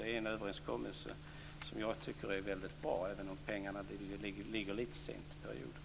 Det är en överenskommelse som jag tycker är väldigt bra även om pengarna ligger lite sent i perioden.